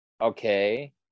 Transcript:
Okay